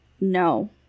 No